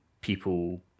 people